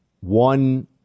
one